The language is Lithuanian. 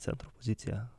centro poziciją